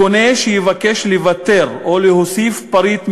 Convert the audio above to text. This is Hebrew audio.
קונה שיבקש לוותר או להוסיף פריט מתומחר,